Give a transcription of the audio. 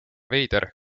veider